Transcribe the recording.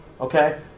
Okay